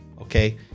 okay